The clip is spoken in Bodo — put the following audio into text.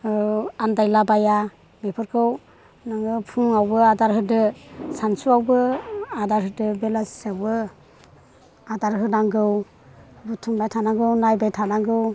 आन्दायला बाया बेफोरखौ नों फुङावबो आदार होदो सानसुआवबो आदार होदो बेलासियावबो आदार होनांगौ बुथुमबाय थानांगौ नायबाय थानांगौ